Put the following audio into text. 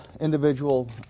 individual